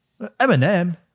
Eminem